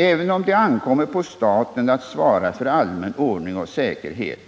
Även om det ankommer på staten att svara för allmän ordning och säkerhet